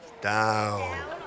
Down